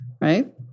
Right